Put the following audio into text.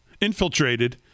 infiltrated